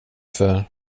för